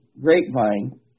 grapevine